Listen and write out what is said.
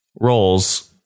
roles